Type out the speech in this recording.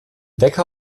wecker